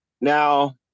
now